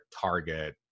Target